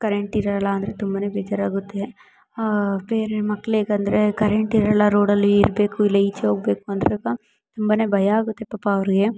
current ಇರೋಲ್ಲ ಅಂದ್ರೆ ತುಂಬ ಬೇಜಾರಾಗುತ್ತೆ ಬೇರೆ ಮಕ್ಕಳಿಗಂದ್ರೆ ಕರೆಂಟ್ ಇರೋಲ್ಲ ರೋಡಲ್ಲಿ ಇರಬೇಕು ಇಲ್ಲ ಈಚೆ ಹೋಗ್ಬೇಕು ಅಂದಾಗ ತುಂಬ ಭಯ ಆಗುತ್ತೆ ಪಾಪ ಅವ್ರಿಗೆ